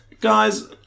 guys